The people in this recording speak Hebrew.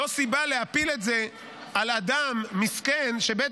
זאת לא סיבה להפיל את זה על אדם מסכן שבית